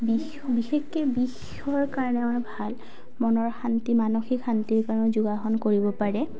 বিশেষকৈ বিষৰ কাৰণে মানে ভাল মনৰ শান্তি মানসিক শান্তিৰ কাৰণেও যোগাসন কৰিব পাৰে